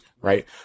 right